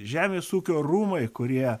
žemės ūkio rūmai kurie